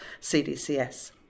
CDCS